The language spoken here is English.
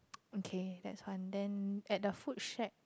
okay that's one then at the food shack